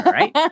right